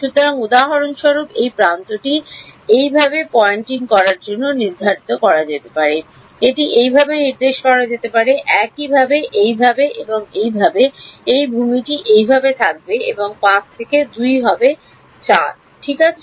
সুতরাং উদাহরণস্বরূপ এই প্রান্তটি এইভাবে পয়েন্টিং করার জন্য নির্ধারিত করা যেতে পারে এটি এইভাবে নির্দেশ করা যেতে পারে একইভাবে এইভাবে এবং এইভাবে এই ভূমিটি এইভাবে থাকবে এবং 5 থেকে 2 হবে 4 ঠিক আছে